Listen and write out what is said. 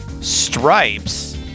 stripes